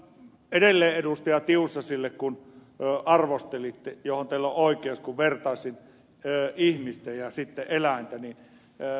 tiusaselle kun arvostelitte mihin teillä on oikeus kun vertasin ihmistä ja eläintä